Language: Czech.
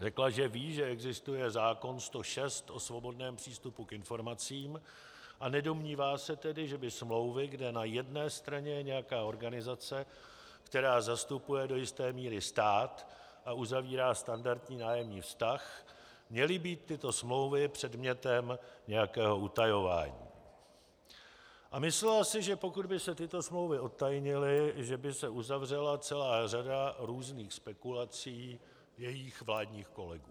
Řekla, že ví, že existuje zákon 106 o svobodném přístupu k informacím, a nedomnívá se tedy, že by smlouvy, kde na jedné straně je nějaká organizace, která zastupuje do jisté míry stát a uzavírá standardní nájemní vztah, měly být tyto smlouvy předmětem nějakého utajování, a myslela si, že pokud by se tyto smlouvy odtajnily, že by se uzavřela celá řada různých spekulací jejích vládních kolegů.